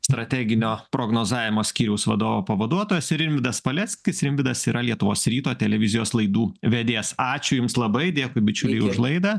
strateginio prognozavimo skyriaus vadovo pavaduotojas ir rimvydas paleckis rimvydas yra lietuvos ryto televizijos laidų vedėjas ačiū jums labai dėkui bičiuliai už laidą